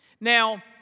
Now